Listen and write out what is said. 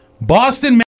Boston